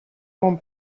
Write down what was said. mon